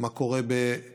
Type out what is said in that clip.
מה קורה באוקראינה,